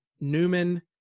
Newman